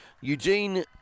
Eugene